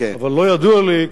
אבל לא ידוע לי,